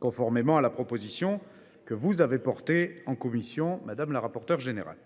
conformément à la proposition soutenue en commission par Mme la rapporteure générale.